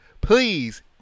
Please